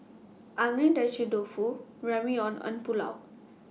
Dofu Ramyeon and Pulao